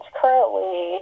currently